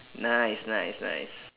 nice nice nice